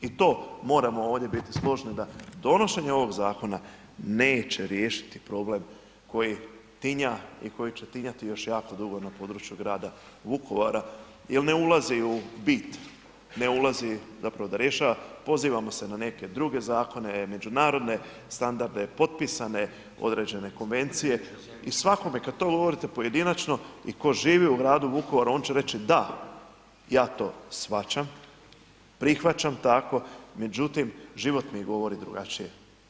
I to moramo ovdje biti složni da donošenje ovog zakona neće riješiti problem koji tinja i koji će tinjati još jako dugo na području grada Vukovara jer ne ulazi u bit, ne ulazi zapravo da rješava pozivamo se na neke druge zakone, međunarodne standarde, potpisane određene konvencije i svakome kad to govorite pojedinačno i tko živi u gradu Vukovaru on će reći da, ja to shvaćam, prihvaćam tako, međutim život mi govori drugačije.